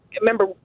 remember